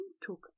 took